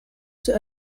zur